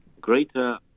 greater